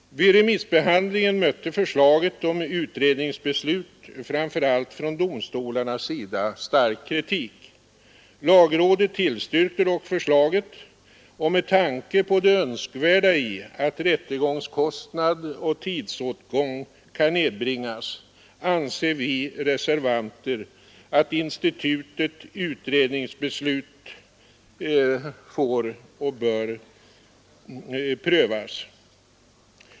Vid remissbehandlingen mötte förslaget om utredningsbeslut stark kritik framför allt från domstolarnas sida. Lagrådet tillstyrkte dock förslaget, och med tanke på det önskvärda i att rättegångskostnad och tidsåtgång kan nedbringas anser vi reservanter att institutets utredningsbeslut får prövas.